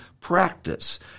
practice